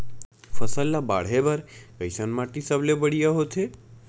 फसल ला बाढ़े बर कैसन माटी सबले बढ़िया होथे?